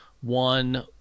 One